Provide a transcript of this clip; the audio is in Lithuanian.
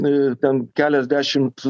ir ten keliasdešimt